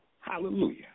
Hallelujah